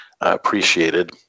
appreciated